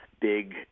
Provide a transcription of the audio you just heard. big